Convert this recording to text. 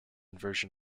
version